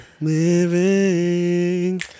Living